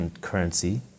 currency